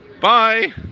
Bye